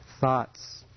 thoughts